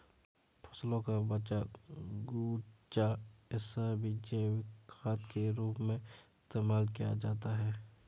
फसलों का बचा कूचा हिस्सा भी जैविक खाद के रूप में इस्तेमाल किया जाता है